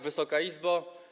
Wysoka Izbo!